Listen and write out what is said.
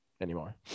anymore